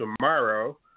tomorrow